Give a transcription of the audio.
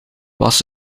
was